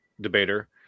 debater